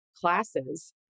classes